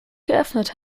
geöffnet